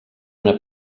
una